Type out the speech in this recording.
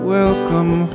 Welcome